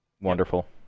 Wonderful